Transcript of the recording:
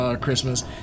Christmas